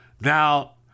Now